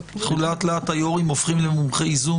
לכן אולי נדגיש את העניין של